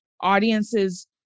audiences